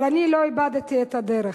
אבל אני לא איבדתי את הדרך.